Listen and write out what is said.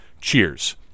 Cheers